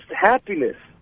happiness